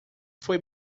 foi